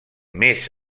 més